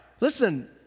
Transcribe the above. Listen